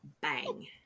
Bang